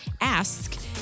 Ask